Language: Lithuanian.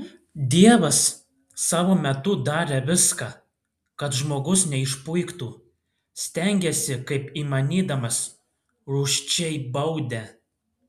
dievas savo metu darė viską kad žmogus neišpuiktų stengėsi kaip įmanydamas rūsčiai baudė